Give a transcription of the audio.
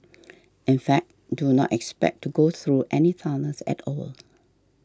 in fact do not expect to go through any tunnels at all